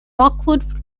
rockwood